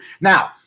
Now